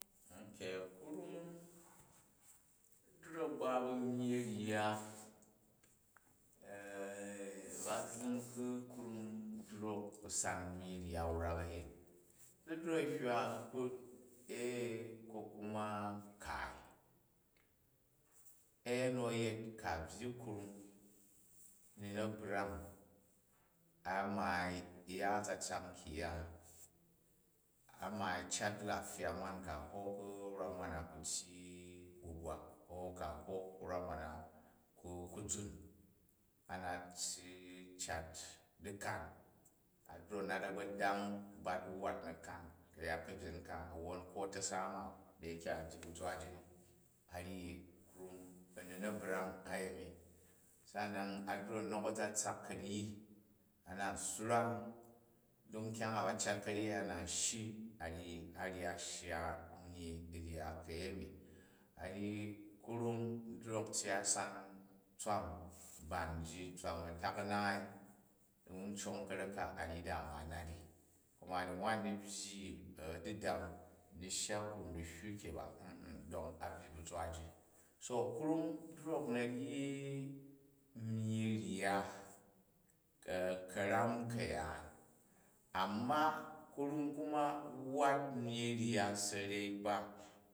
Okey thrum drok u ba bu myyi rya ba zzim ku̱ knan drok u̱ san myyi rya wrak ayin. Zi drok u hywa ee, ko kuma kaan, te nu a̱ yet ku̱ a byyi krum n ni na̱ brang, a maai u̱ ya a̱tsatsak nkyang-ya a mani cat lafiya nwan ku a hok rwam nwan na ku tyyi gugwak, ko ku̱ a hok rwam nwan na, ku zun, a nat si cat dikan, a drok u̱ nat a̱gbodang bat wwat na̱kan ka̱yat ka̱byen ka, awwon ko a̱ta̱sa ma da yeke a byyi bu zwa ji ni. A ryi krum a̱ ni na̱ brang a yemi. Sa nan a drok u̱ nok a̱tsatsak karyi a na u swarang uk nkyang a ba cat kanyi ya ni, na n shyi, a ryi a syya myyi rya ka̱yemi. A ryi kruni drok u̱ tyyi, a san tswam ha n jyii, tswam a̱tak a̱naai, n cong karek ka a ryi dama nat ni kuma da̱ nwan u byyi a̱ didan n mi shya krum dilywu ke bace to a byyi bu zwa ji. So krum drok u na̱ ngi nyyi rya, ku ka̱ram ka̱yaan, a̱mma krum kuma wwat nyyi rya sa̱rai ba.